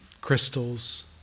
Crystals